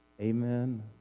Amen